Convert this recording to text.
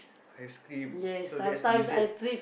ice cream so that's dessert